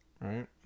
Right